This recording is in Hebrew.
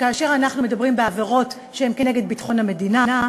שכאשר אנחנו מדברים על עבירות שהן כנגד ביטחון המדינה,